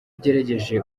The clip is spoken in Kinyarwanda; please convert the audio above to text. ugerageje